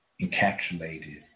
encapsulated